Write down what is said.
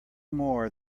more